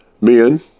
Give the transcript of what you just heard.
Men